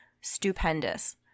stupendous